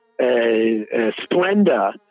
Splenda